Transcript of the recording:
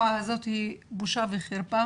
התופעה הזאת היא בושה וחרפה